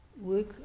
Work